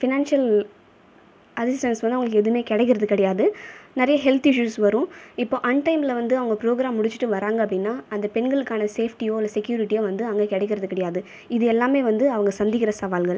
financial அதிர்ஷ்டவசமாக அவங்களுக்கு எதுவுமே கிடைக்கிறது கிடையாது நிறைய ஹெல்த் இஸ்யூஸ் வரும் இப்போ அன்டைமில் வந்து அவங்க ப்ரோக்ராம் முடிச்சுட்டு வராங்க அப்படின்னா அந்த பெண்களுக்கான சேஃப்டியோ அல்ல செக்யூரிட்டியோ வந்து அங்கே கிடைக்கிறது கிடையாது இது எல்லாமே வந்து அவங்க சந்திக்கின்ற சவால்கள்